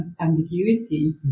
ambiguity